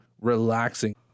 relaxing